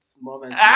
moments